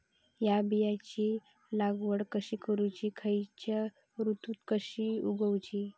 हया बियाची लागवड कशी करूची खैयच्य ऋतुत कशी उगउची?